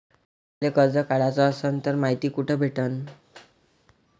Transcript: मले कर्ज काढाच असनं तर मायती कुठ भेटनं?